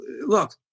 Look